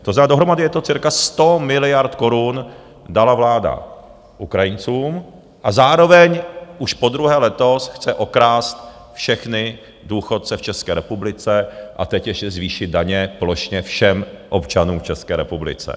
To znamená, dohromady je to cirka 100 miliard korun dala vláda Ukrajincům a zároveň už podruhé letos chce okrást všechny důchodce v České republice a teď ještě zvýšit daně plošně všem občanům v České republice.